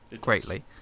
Greatly